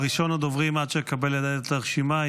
עד שאקבל לידיי את הרשימה,